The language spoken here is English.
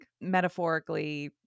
metaphorically